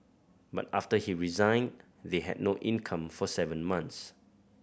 but after he resigned they had no income for seven months